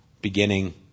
beginning